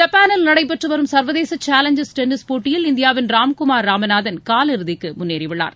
ஜப்பானில் நடைபெற்றுவரும் சர்வதேச சேலஞ்சர்ஸ் டென்னில் போட்டியில் இந்தியாவின் ராம்குமார் ராமநாதன் காலிறுதிக்கு முன்னேறி உள்ளார்